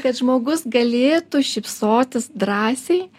kad žmogus galėtų šypsotis drąsiai